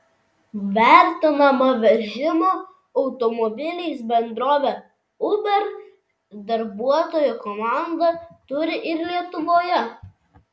vertinama vežimo automobiliais bendrovė uber darbuotojų komandą turi ir lietuvoje